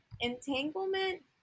entanglement